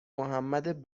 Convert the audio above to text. محمد